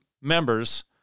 members